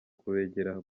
kubegera